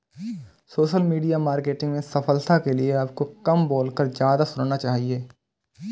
social media marketing में सफलता के लिए आपको कम बोलकर ज्यादा सुनना चाहिए